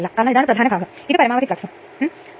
അതിനാൽ അക്കാലത്ത് കാര്യക്ഷമത 99 ആയിരുന്നു